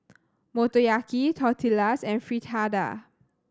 Motoyaki Tortillas and Fritada